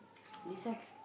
this one